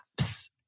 apps